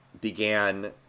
began